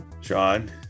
Sean